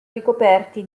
ricoperti